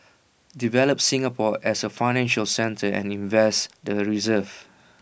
develop Singapore as A financial centre and invest the reserves